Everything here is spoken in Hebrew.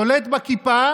שולט בכיפה